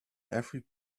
every